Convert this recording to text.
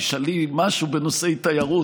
תשאלי משהו בנושאי תיירות,